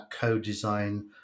co-design